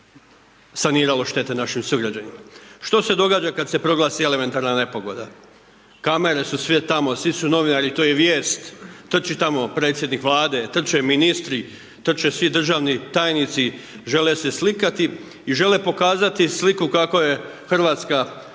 saniralo štete našim sugrađanima. Što se događa kad se proglasi elementarna nepogoda? Kamere su sve tamo, svi su novinari, to je vijest, to čita predsjednik Vlade, trče ministri, trče svi državni tajnici, žele se slikati i žele pokazati sliku kako je Hrvatska